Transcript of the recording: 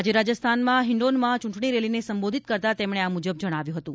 આજે રાજસ્થાનમાં હિંડોનમાં ચૂંટણી રેલીને સંબોધિત કરતાં તેમણે આ મુજબ જણાવ્યું હતું